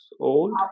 old